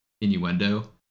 innuendo